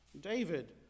David